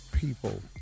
people